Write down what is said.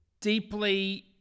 deeply